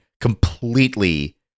Completely